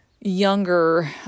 younger